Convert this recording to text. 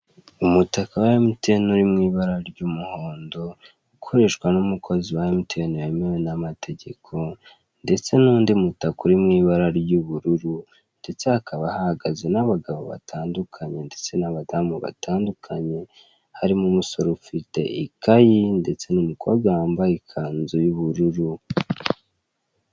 Umutaka wa emutiyene uri mu ibara ry'umuhondo, ukoreshwa n'umukozi wa emutiyene wemewe n'amategeko ndetse nundi mutaka uri mu ibara ry'ubururu ndetse hakaba hahagaze n'abagabo batandukanye ndetse n'abadamu batandukanye. Harimo umusore ufite ikayi ndetse n'umukobwa wambaye ikanzu y'ubururu.